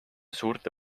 suurte